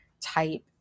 type